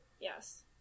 Yes